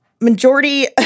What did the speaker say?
majority